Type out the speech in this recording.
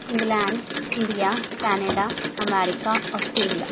England India Canada America Australia